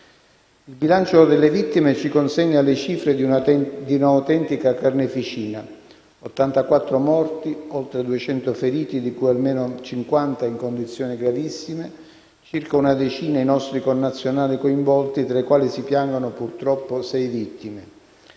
Il bilancio delle vittime ci consegna le cifre di una autentica carneficina: ottantaquattro morti, oltre duecento feriti, di cui almeno cinquanta in condizioni gravissime; circa una decina i nostri connazionali coinvolti, tra i quali si piangono purtroppo sei vittime.